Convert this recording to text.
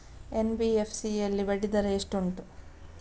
NBFC ಯಲ್ಲಿ ಬಡ್ಡಿ ದರ ಎಷ್ಟು ಉಂಟು?